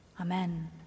Amen